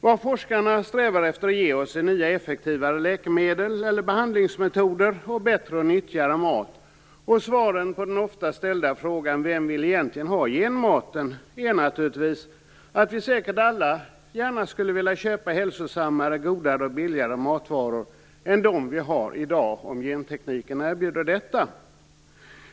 Vad forskarna strävar efter är att ge oss är nya och effektivare läkemedel eller behandlingsmetoder och bättre och nyttigare mat. Svaret på den ofta ställda frågan om vem som egentligen vill ha genmaten är naturligtvis att vi säkert alla gärna skulle köpa hälsosammare, godare och billigare matvaror än dem vi har i dag om gentekniken erbjuder detta.